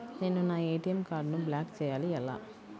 నేను నా ఏ.టీ.ఎం కార్డ్ను బ్లాక్ చేయాలి ఎలా?